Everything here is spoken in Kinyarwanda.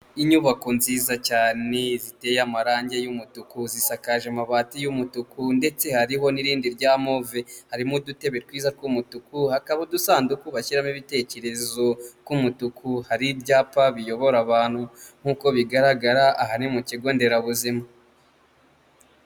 Inyubako nziza cyane ziteye amarangi y'umutuku, zisakaje amabati y'umutuku ndetse hariho n'irindi rya move, harimo udutebe twiza tw'umutuku, hakaba udusanduku bashyiramo ibitekerezo tw'umutuku, hari ibyapa biyobora abantu, nk'uko bigaragara aha ni mu kigo nderabuzima.